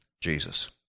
Jesus